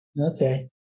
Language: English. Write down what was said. Okay